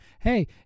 Hey